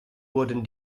wurden